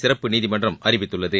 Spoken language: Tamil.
சிறப்பு நீதிமன்றம் அறிவித்துள்ளது